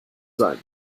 sein